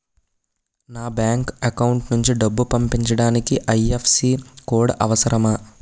నా bank account నుంచి డబ్బు పంపించడానికి ఐ.ఎఫ్.ఎస్.సి కోడ్ అవసరమా?